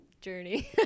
journey